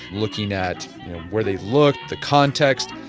looking at where they look, the context,